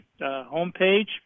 homepage